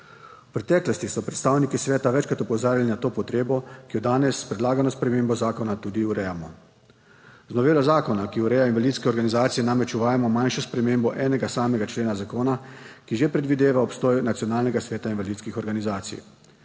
V preteklosti so predstavniki sveta večkrat opozarjali na to potrebo, ki jo danes s predlagano spremembo zakona tudi urejamo. Z novelo zakona, ki ureja invalidske organizacije, namreč uvajamo manjšo spremembo enega samega člena zakona, ki že predvideva obstoj nacionalnega sveta invalidskih organizacij.